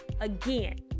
again